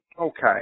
okay